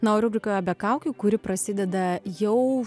na o rubrikoje be kaukių kuri prasideda jau